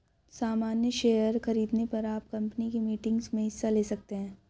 सामन्य शेयर खरीदने पर आप कम्पनी की मीटिंग्स में हिस्सा ले सकते हैं